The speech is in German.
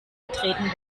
betreten